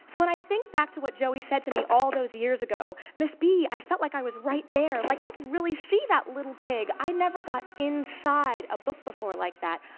so when i think back to what joey said to me all those years ago, miss b, i felt like i was right there. like, i could really see that little pig. i never got inside a book before like that.